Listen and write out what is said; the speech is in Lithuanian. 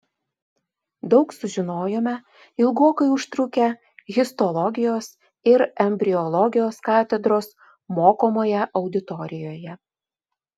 daug sužinojome ilgokai užtrukę histologijos ir embriologijos katedros mokomoje auditorijoje